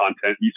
content